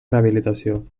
rehabilitació